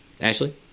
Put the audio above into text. Ashley